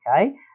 Okay